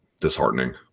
disheartening